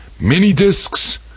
mini-discs